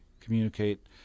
communicate